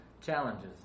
challenges